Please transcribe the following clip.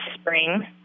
spring